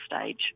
stage